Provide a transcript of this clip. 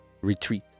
retreat